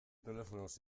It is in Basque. telefonoz